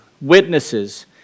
witnesses